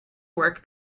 work